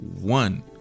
one